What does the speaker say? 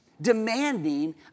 demanding